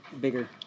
bigger